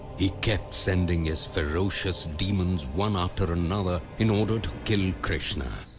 he kept sending his ferocious demons, one after another in order to kill krishna.